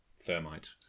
thermite